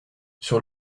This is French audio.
sur